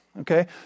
Okay